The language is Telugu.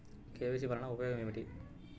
కే.వై.సి వలన ఉపయోగం ఏమిటీ?